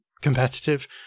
competitive